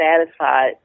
satisfied